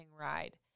ride